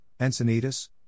Encinitas